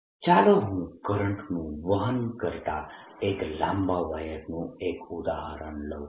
A|z1s∂s As∂ϕz sR B0sR B0nIz ચાલો હું કરંટનું વહન કરતા એક લાંબા વાયરનું એક ઉદાહરણ લઉ